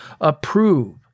Approve